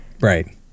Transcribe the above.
Right